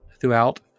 throughout